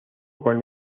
con